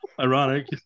Ironic